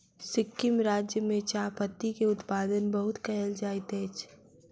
सिक्किम राज्य में चाह पत्ती के उत्पादन बहुत कयल जाइत अछि